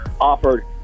offered